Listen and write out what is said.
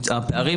פערים